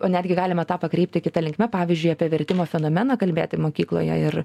o netgi galime tą pakreipti kita linkme pavyzdžiui apie vertimo fenomeną kalbėti mokykloje ir